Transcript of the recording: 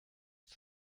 ist